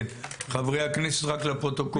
כן, חברי הכנסת, רק לפרוטוקול.